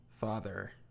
father